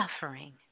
suffering